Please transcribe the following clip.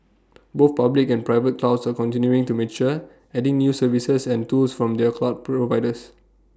both public and private clouds are continuing to mature adding new services and tools from their cloud providers